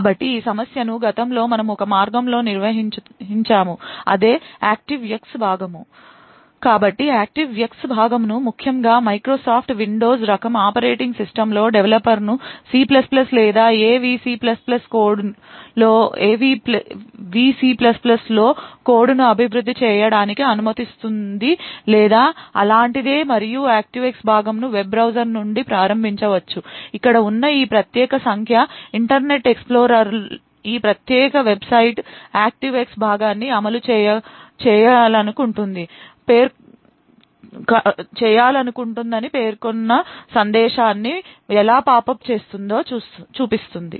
కాబట్టి ఈ సమస్యను గతంలో మనము ఒక మార్గము లో నిర్వహించాము అదే యాక్టివ్ఎక్స్ భాగమును కాబట్టి Active X భాగమును ముఖ్యంగా మైక్రోసాఫ్ట్ విండోస్ రకం ఆపరేటింగ్ సిస్టమ్స్లో డెవలపర్ను C లేదా ఏ VC లో కోడ్ను అభివృద్ధి చేయడానికి అనుమతిస్తుంది లేదా అలాంటిదే మరియు Active X భాగమును వెబ్ బ్రౌజర్ నుండి ప్రారంభించవచ్చు ఇక్కడ ఉన్న ఈ ప్రత్యేక సంఖ్య ఇంటర్నెట్ ఎక్స్ప్లోరర్ ఈ ప్రత్యేక వెబ్సైట్ Active X భాగాన్ని అమలు చేయాలనుకుంటుందని పేర్కొన్న సందేశాన్ని ఎలా పాపప్ చేస్తుందో చూపిస్తుంది